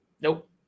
Nope